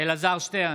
אלעזר שטרן,